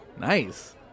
nice